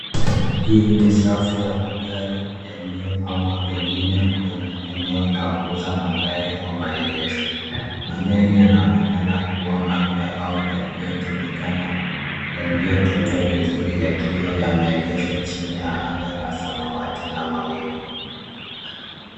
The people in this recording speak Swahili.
Hii ni safu ya magari yaliyopangwa pengine kwenye eneo la kuuza magari au maegesho. Magari yanaonekana kuwa mapya au yaliyotumika na yaliyotunzwa vizuri yakiwa yameegeshwa chini ya anga la samawati na mawingu.